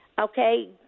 okay